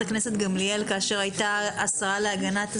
הכנסת גמליאל כאשר הייתה השרה להגנת הסביבה,